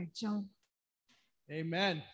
Amen